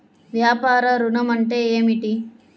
వ్యాపార ఋణం అంటే ఏమిటి?